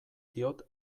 diot